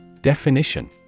Definition